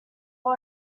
law